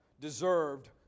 deserved